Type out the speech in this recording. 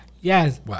Yes